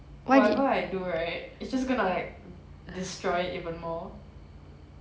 whatever I do right it's just gonna like destroy it even more